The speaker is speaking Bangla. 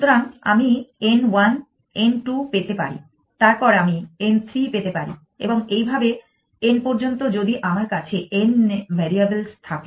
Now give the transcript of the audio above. সুতরাং আমি n 1 n 2 পেতে পারি তারপর আমি n 3 পেতে পারি এবং এইভাবে n পর্যন্ত যদি আমার কাছে n ভেরিয়েবলস থাকে